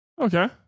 Okay